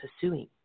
pursuing